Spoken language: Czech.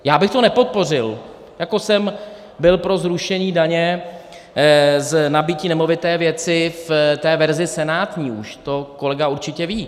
Já bych to nepodpořil, jako jsem byl pro zrušení daně z nabytí nemovité věci v té verzi senátní už, to kolega určitě ví.